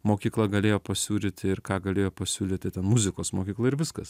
mokykla galėjo pasiūlyti ir ką galėjo pasiūlyti ten muzikos mokykla ir viskas